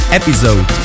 episode